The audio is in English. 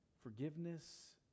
forgiveness